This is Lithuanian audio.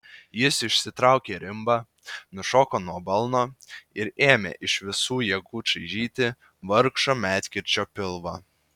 jis išsitraukė rimbą nušoko nuo balno ir ėmė iš visų jėgų čaižyti vargšo medkirčio pilvą